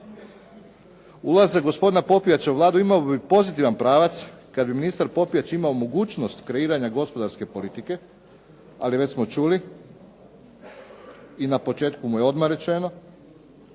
Ulazak gospodina Popijača u Vladu imao bi pozitivan pravac kada bi ministar Popijač imao mogućnost kreiranja gospodarske politike, ali već smo čuli i na početku mu je odmah rečeno,